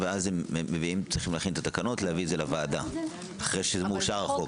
ואז צריכים להכין את התקנות ולהביא לוועדה אחרי שמאושר החוק.